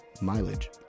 Mileage